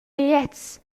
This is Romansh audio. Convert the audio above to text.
gliez